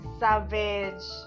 savage